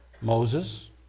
Moses